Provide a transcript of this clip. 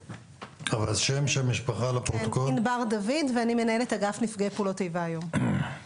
אני מנהלת אגף נפגעי פעולות איבה בביטוח הלאומי.